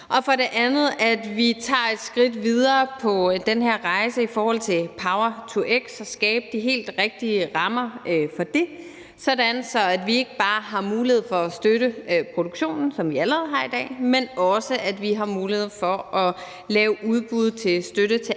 Det er også, at vi tager et skridt videre på den her rejse i forhold til power-to-x og til at skabe de helt rigtige rammer for det, sådan at vi ikke bare har mulighed for at støtte produktionen, hvad vi allerede har i dag, men også, at vi har mulighed for at lave udbud af stø tte til anvendelse